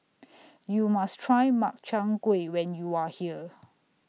YOU must Try Makchang Gui when YOU Are here